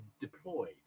deployed